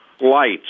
lights